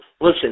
listen